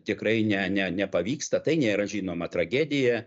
tikrai ne ne nepavyksta tai nėra žinoma tragedija